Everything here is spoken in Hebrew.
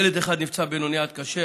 ילד אחד נפצע בינוני